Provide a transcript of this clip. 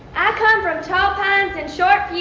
i come from tall pines and short